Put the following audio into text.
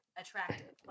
attractive